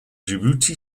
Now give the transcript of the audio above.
djibouti